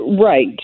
right